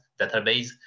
database